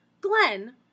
Glenn